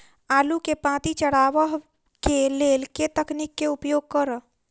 आलु केँ पांति चरावह केँ लेल केँ तकनीक केँ उपयोग करऽ?